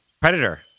Predator